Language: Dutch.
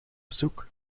bezoek